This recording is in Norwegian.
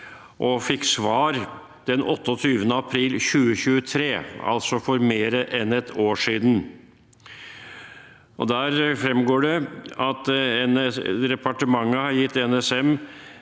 og fikk svar den 28. april 2023, altså for mer enn et år siden. Der fremgår det at departementet har gitt NSM